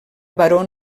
baró